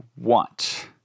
want